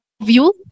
view